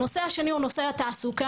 הנושא השני הוא נושא התעסוקה.